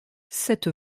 cette